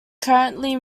currently